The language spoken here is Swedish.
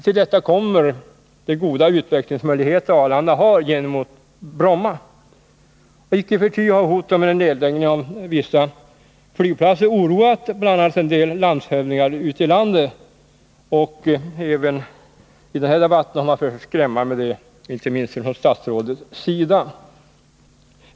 Till detta kommer de goda utvecklingsmöjligheter Arlanda har gentemot Bromma. Icke förty har hotet om nedläggning av vissa flygplatser oroat bl.a. en del landshövdingar ute i landet. Även i denna debatt har man försökt skrämma med detta — inte minst statsrådet har gjort det.